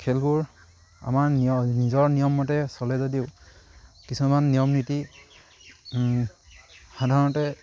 খেলবোৰ আমাৰ নিজৰ নিয়মমতে চলে যদিও কিছুমান নিয়ম নীতি সাধাৰণতে